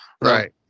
Right